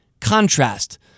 contrast